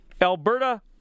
Alberta